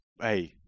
hey